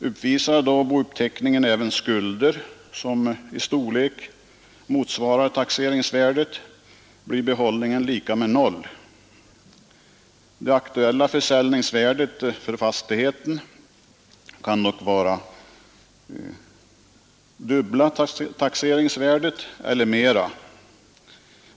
Uppvisar då bouppteckningen även skulder, som i storlek motsvarar taxeringsvärdet, blir behållningen lika med noll. Det aktuella försäljningsvärdet för fastigheten kan dock vara dubbla taxeringsvärdet eller mer.